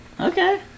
Okay